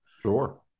sure